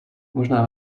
možná